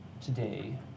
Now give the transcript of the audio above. today